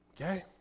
Okay